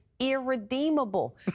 irredeemable